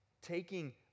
taking